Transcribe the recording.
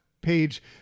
page